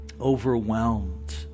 overwhelmed